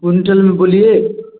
quintal में बोलिए